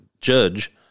judge